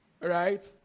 Right